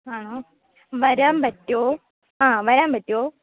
ആണോ വരാൻ പറ്റുമോ ആ വരാൻ പറ്റുമോ